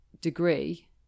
degree